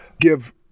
give